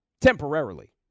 Temporarily